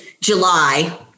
July